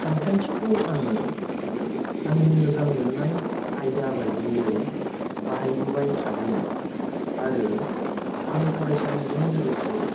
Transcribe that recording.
सानखान्थिखौ आङो आंनि मोजां मोन्नाय आयदा बादियै बाहायबोबाय थादों आरो आं फरायसालिजों लोगोसे